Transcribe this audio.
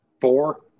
Four